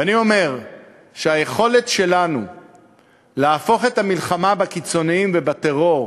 ואני אומר שהיכולת שלנו להפוך את המלחמה בקיצונים ובטרור